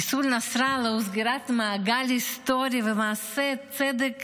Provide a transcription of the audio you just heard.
חיסול נסראללה הוא סגירת מעגל היסטורי ומעשה צדק